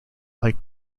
like